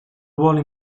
ruolo